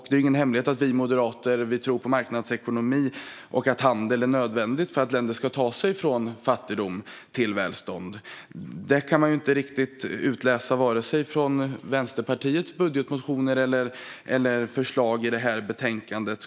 Det är ingen hemlighet att vi moderater tror att marknadsekonomi och handel är nödvändigt för att länder ska ta sig från fattigdom till välstånd. Det kan man inte riktigt utläsa något fokus på i Vänsterpartiets budgetmotioner eller förslag i det här betänkandet.